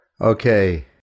Okay